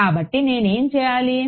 కాబట్టి నేను ఏమి చేయగలను